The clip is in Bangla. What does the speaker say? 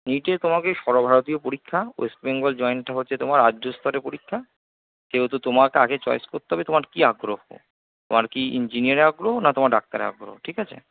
নিটে তোমাকে সর্বভারতীয় পরীক্ষা ওয়েস্ট বেঙ্গল জয়েনটা হচ্ছে তোমার রাজ্য স্তরে পরীক্ষা যেহেতু তোমাকে আগে চয়েস করতে হবে তোমার কী আগ্রহ তোমার কী ইঞ্জিনিয়ারে আগ্রহ না ডাক্তারে আগ্রহ ঠিক আছে